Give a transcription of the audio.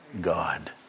God